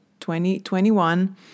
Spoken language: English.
2021